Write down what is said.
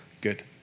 good